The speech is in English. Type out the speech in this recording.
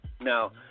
Now